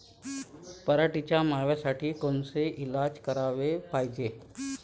पराटीवरच्या माव्यासाठी कोनचे इलाज कराच पायजे?